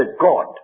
God